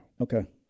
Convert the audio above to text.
okay